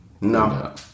No